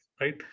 right